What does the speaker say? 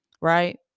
Right